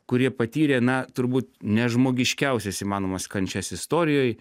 kurie patyrė na turbūt nežmogiškiausias įmanomas kančias istorijoj